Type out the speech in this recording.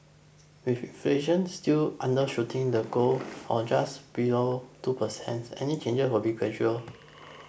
with inflation still undershooting the goal of just below two percent any change will be gradual